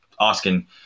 asking